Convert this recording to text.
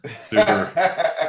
super